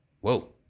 Whoa